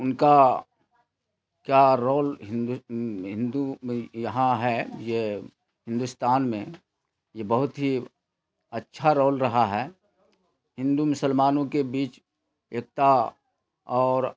ان کا کیا رول ہندو میں یہاں ہے یہ ہندوستان میں یہ بہت ہی اچھا رول رہا ہے ہندو مسلمانوں کے بیچ ایکتا اور